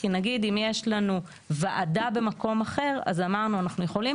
כי נגיד אם יש לנו ועדה במקום אחר אמרנו שאנחנו יכולים